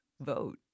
vote